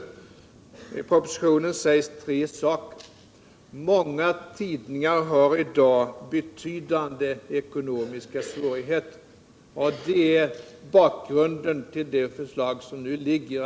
Propositionen fastslår i det här avseendet tre saker: ”Många tidningar har i dag betydande ekonomiska svårigheter.” — Det konstaterandet är bakgrunden till det förslag som nu ligger.